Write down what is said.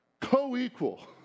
Co-equal